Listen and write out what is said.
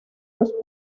los